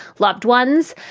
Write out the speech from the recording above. loved ones.